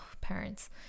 parents